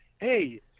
Hey